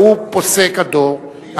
והוא פוסק הדור,